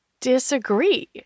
disagree